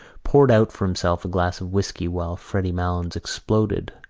poured out for himself a glass of whisky while freddy malins exploded,